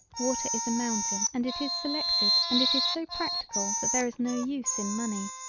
water is a mountain and it is selected and it is so practical that there is no use in money.